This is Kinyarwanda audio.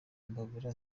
imbabura